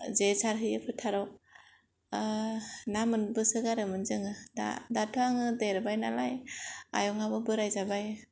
जे सारहैयो फोथाराव ना मोनबोसोगारोमोन जोङो दा दाथ' आङो देरबाय नालाय आयंआबो बोराय जाबाय